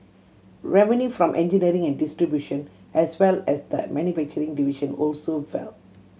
revenue from engineering and distribution as well as the manufacturing division also fell